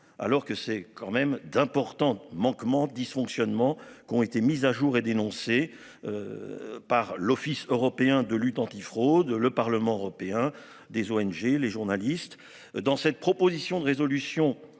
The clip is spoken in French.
alors que c'est quand même d'importants manquements dysfonctionnements qui ont été mises à jour et dénoncé. Par l'Office européen de lutte antifraude, le Parlement européen des ONG, les journalistes dans cette proposition de résolution